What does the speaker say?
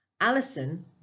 Alison